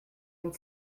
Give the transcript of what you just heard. and